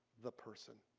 the person.